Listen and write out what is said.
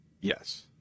Yes